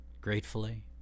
gratefully